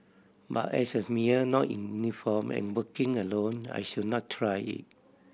but as a male not in uniform and working alone I should not try it